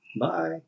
Bye